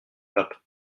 pape